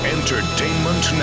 Entertainment